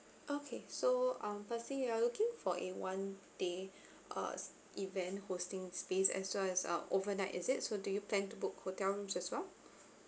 okay so um you are looking for a one day uh event hosting space as well as uh overnight is it so do you plan to book hotel rooms as well